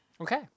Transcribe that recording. Okay